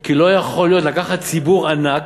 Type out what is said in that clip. כי לא יכול להיות, לקחת ציבור ענק